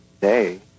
day